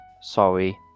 Sorry